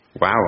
Wow